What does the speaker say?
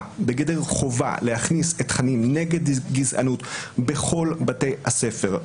להכניס תכנים נגד גזענות בכל בתי הספר,